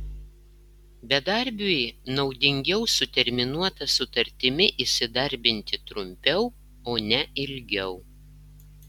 bedarbiui naudingiau su terminuota sutartimi įsidarbinti trumpiau o ne ilgiau